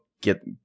get